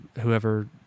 whoever